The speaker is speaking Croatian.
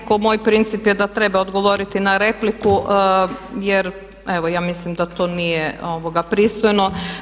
Nekako moj princip je da treba odgovoriti na repliku jer evo ja mislim da to nije pristojno.